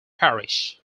parish